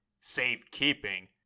safekeeping